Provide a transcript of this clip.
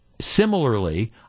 Similarly